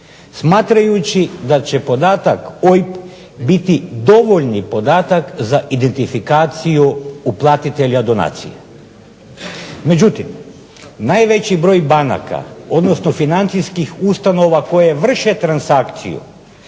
smatrajući da će podatak OIB biti dovoljni podatak za identifikaciju uplatitelja donacije. Međutim, najveći broj banaka, odnosno financijskih ustanova koje vrše transakciju